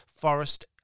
forest